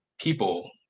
people